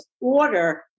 order